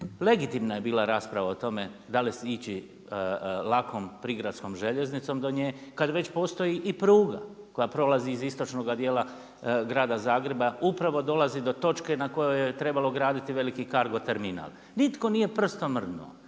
legitimna je bila rasprava o tome da li ići lakom prigradskom željeznicom do nje kada već postoji i pruga koja prolazi iz istočnoga dijela grada Zagreba, upravo dolazi do točke na kojoj je trebalo graditi veliki cargo terminal. Nitko nije prstom mrdnuo.